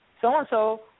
so-and-so